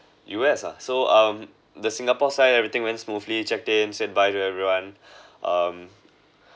U_S ah so um the singapore side everything went smoothly checked in saying bye to everyone um